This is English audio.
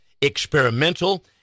experimental